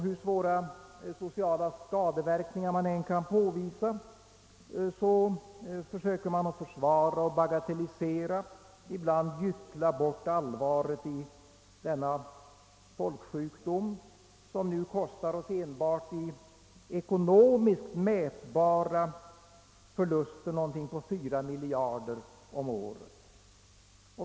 Hur svåra sociala skadeverkningar som än kan påvisas försöker man försvara och bagatellisera, ibland gyckla bort allvaret i denna folksjukdom, som nu kostar oss enbart i ekonomiskt mätbara förluster omkring 4 miljarder om året.